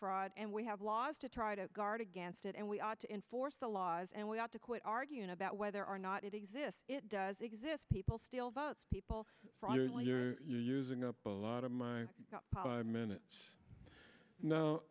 fraud and we have laws to try to guard against it and we ought to enforce the laws and we ought to quit arguing about whether or not it exists it does exist people still vote people using up a lot of my time in